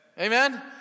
Amen